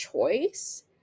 choice